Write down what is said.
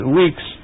weeks